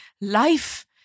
life